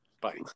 Bye